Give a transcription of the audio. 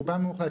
רובם המוחלט,